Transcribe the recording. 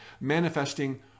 manifesting